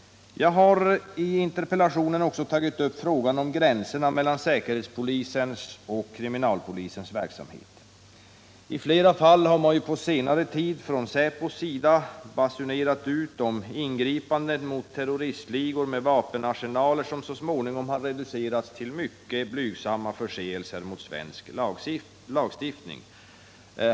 Jag har i interpellationen också tagit upp frågan om gränserna mellan säkerhetspolisens och kriminalpolisens verksamhet. I flera fall har man på senare tid från säpos sida basunerat ut nyheter om ingripanden mot terroristligor med vapenarsenaler, fall som så småningom reducerats till mycket blygsamma förseelser mot svensk lagstiftning.